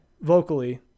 vocally